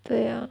对呀